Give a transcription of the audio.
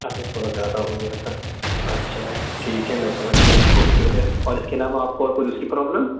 اچھا تھوڑا زیادہ ہوگیا تھا اچھا ٹھیک ہے میں سمجھ گیا آپ کو اس کی وجہ اور اس کے علاوہ آپ کو اور کوئی دوسری پرابلم